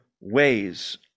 ways